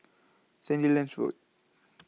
Sandilands Road